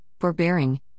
forbearing